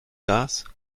gas